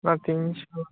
না তিনশো